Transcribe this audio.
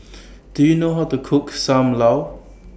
Do YOU know How to Cook SAM Lau